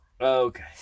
Okay